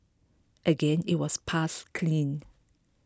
again it was passed clean